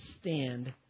stand